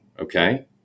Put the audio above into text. okay